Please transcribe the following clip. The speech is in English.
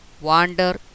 wander